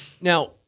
Now